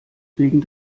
wegen